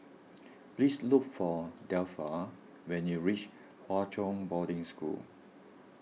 please look for Delpha when you reach Hwa Chong Boarding School